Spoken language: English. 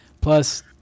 Plus